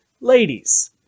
Ladies